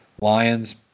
Lions